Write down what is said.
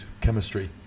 chemistry